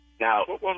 now